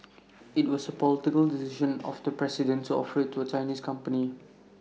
IT was A political decision of the president to offer IT to A Chinese company